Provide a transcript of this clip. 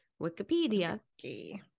Wikipedia